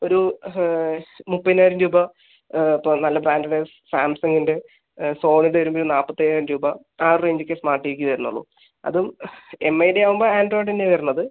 ഒരു മുപ്പതിനായിരം രൂപ ഇപ്പോൾ നല്ല ബ്രാൻഡഡ് സാംസംഗിൻ്റ സോണീടെ വരുമ്പോൾ നാൽപ്പത്തേഴായിരം രൂപ ആ റേഞ്ച് ഒക്കെയെ സ്മാർട്ട് ടി വിക്ക് വരുന്നുള്ളൂ അതും എം എടെ ആവുമ്പോൾ ആൻഡ്രോയിഡിൻ്റെയാ വരുന്നത്